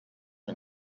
wir